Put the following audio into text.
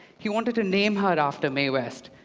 he wanted to name her after mae west,